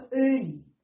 early